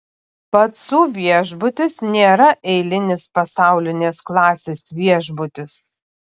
pacų viešbutis nėra eilinis pasaulinės klasės viešbutis